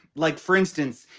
like, for instance,